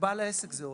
לבעל העסק זה עול.